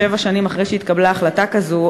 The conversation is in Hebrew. שבע שנים אחרי שהתקבלה החלטה כזאת,